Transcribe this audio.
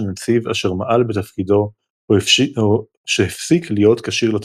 נציב אשר מעל בתפקידו או שהפסיק להיות כשיר לתפקיד.